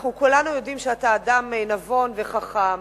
אנחנו כולנו יודעים שאתה אדם נבון וחכם,